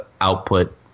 output